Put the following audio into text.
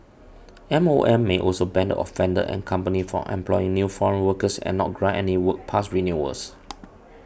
M O M may also ban the offender and company from employing new foreign workers and not grant any work pass renewals